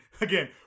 again